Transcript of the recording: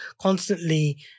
constantly